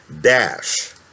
Dash